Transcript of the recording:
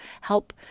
help